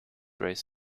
race